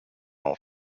all